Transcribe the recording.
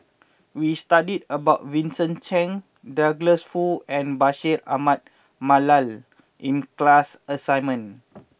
we studied about Vincent Cheng Douglas Foo and Bashir Ahmad Mallal in class assignment